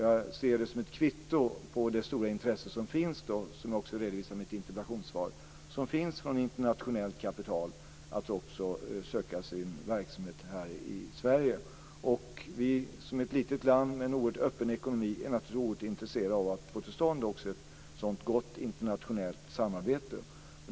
Jag ser det som ett kvitto på det stora intresse som finns - som jag också redovisar i mitt interpellationssvar - från internationellt kapital att också söka sin verksamhet här i Sverige. Som ett litet land med en öppen ekonomi är naturligtvis Sverige oerhört intresserat av att få till stånd också ett sådant gott internationellt samarbete.